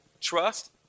Trust